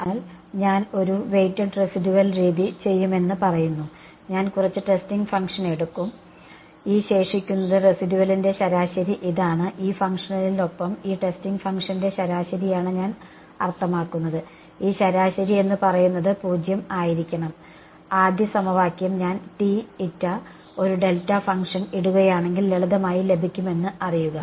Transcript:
അതിനാൽ ഞാൻ ഒരു വെയ്റ്റഡ് റെസിഷ്യൽ രീതി ചെയ്യുമെന്ന് പറയുന്നു ഞാൻ കുറച്ച് ടെസ്റ്റിംഗ് ഫംഗ്ഷൻ എടുക്കും ഈ ശേഷിക്കുന്നത് റെസിഡ്യൂവലിന്റെ ശരാശരി ഇതാണ് ഈ ഫംഗ്ഷണലിനൊപ്പം ഈ ടെസ്റ്റിംഗ് ഫംഗ്ഷന്റെ ശരാശരിയാണ് ഞാൻ അർത്ഥമാക്കുന്നത് ഈ ശരാശരി എന്ന് പറയുന്നത് 0 ആയിരിക്കണം ആദ്യ സമവാക്യം ഞാൻ ഒരു ഡെൽറ്റ ഫംഗ്ഷൻ ഇടുകയാണെങ്കിൽ ലളിതമായി ലഭിക്കുമെന്ന് അറിയുക